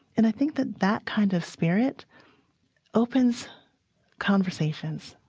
and i think that that kind of spirit opens conversations.